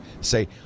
Say